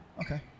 Okay